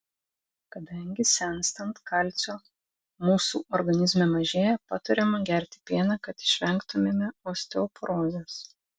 kadangi senstant kalcio mūsų organizme mažėja patariama gerti pieną kad išvengtumėme osteoporozės